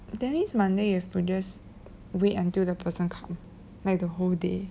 that means monday you have to wait until the person come like the whole day